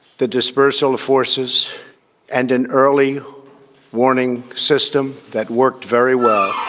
the dispersal of forces and an early warning system that worked very well